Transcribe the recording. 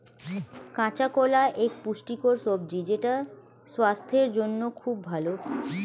কাঁচা কলা এক পুষ্টিকর সবজি যেটা স্বাস্থ্যের জন্যে খুব ভালো